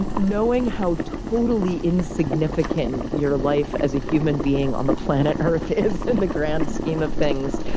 and knowing how totally insignificant your life as a human being on the planet earth is, in the grand scheme of things,